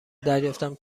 دریافتم